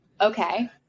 okay